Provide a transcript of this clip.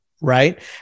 Right